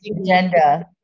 agenda